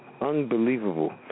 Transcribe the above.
unbelievable